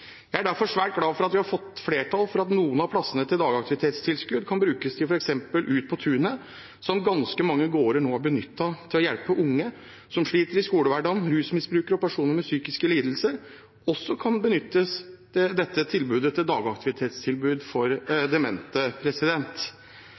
Jeg er derfor svært glad for at vi har fått flertall for at noen av plassene innenfor dagaktivitetstilbudet kan brukes til f.eks. Inn på tunet, som ganske mange gårder nå har benyttet til å hjelpe unge som sliter i skolehverdagen. Rusmisbrukere og personer med psykiske lidelser kan også benytte dette dagaktivitetstilbudet for